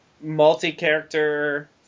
multi-character